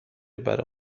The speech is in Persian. برا